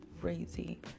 crazy